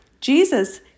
Jesus